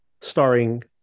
starring